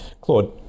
claude